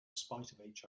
spite